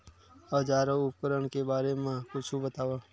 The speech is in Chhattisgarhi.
औजार अउ उपकरण के बारे मा कुछु बतावव?